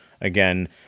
again